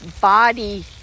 body